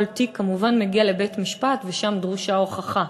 כל תיק כמובן מגיע לבית-משפט ושם דרושה הוכחה.